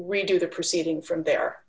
redo the proceeding from there